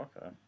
okay